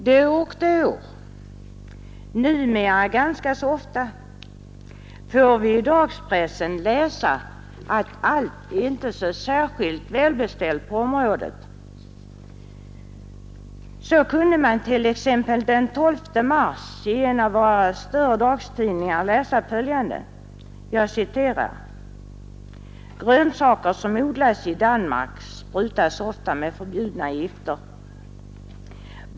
Då och då, numera ganska så ofta, får vi i dagspressen läsa att allt inte är så särskilt välbeställt på området. Så kunde man t.ex. den 12 mars i en av våra större dagstidningar läsa följande: ”Grönsaker som odlas i Danmark sprutas ofta med förbjudna gifter.